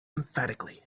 emphatically